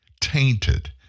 tainted